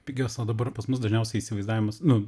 pigios o dabar pas mus dažniausiai įsivaizdavimas nu